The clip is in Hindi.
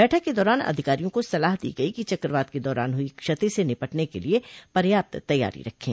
बैठक के दौरान अधिकारियों को सलाह दी गई कि चक्रवात के दौरान हुई क्षति से निपटन के लिए पर्याप्तं तैयारी रखें